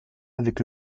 avec